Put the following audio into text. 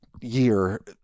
year